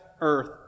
earth